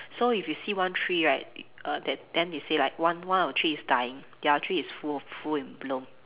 so if you see one tree right err then then they say like one one of the tree is dying the other tree is full of full and bloom